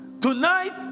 Tonight